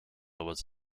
was